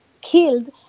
killed